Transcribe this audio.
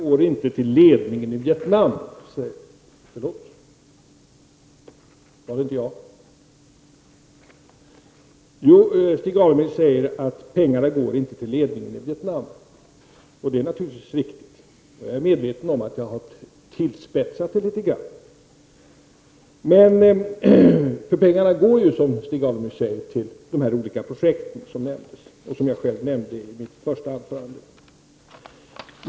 Fru talman! Stig Alemyr säger att pengarna inte går till ledningen i Vietnam. Det är naturligtvis riktigt. Jag är medveten om att jag har spetsat till uttalandet litet grand. Pengarna går, som Stig Alemyr säger, till de olika projekt som har nämnts, vilka jag själv sade i mitt första anförande.